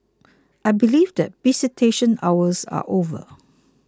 I believe that visitation hours are over